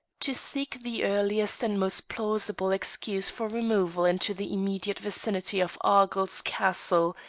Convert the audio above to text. to seek the earliest and most plausible excuse for removal into the immediate vicinity of argyll's castle,